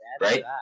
right